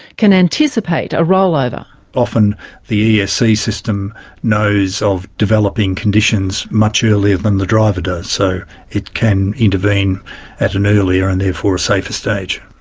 can anticipate a rollover. often the esc system knows of developing conditions much earlier than the driver does, so it can intervene at an earlier and therefore a safer stage.